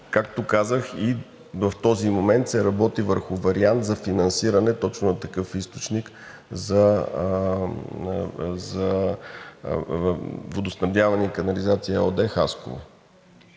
Както казах, и в този момент се работи върху вариант за финансиране точно на такъв източник за „Водоснабдяване и канализация“ ЕООД – Хасково.